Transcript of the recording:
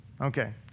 Okay